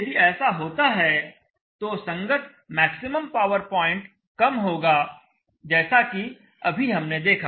यदि ऐसा होता है तो संगत मैक्सिमम पावर पॉइंट कम होगा जैसा कि अभी हमने देखा